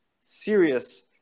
serious